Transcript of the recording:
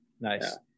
nice